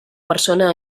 persona